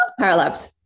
Paralabs